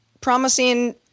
promising